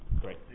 Great